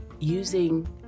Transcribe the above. Using